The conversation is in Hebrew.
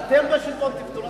אתם בשלטון, תפתרו את הבעיה.